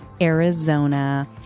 Arizona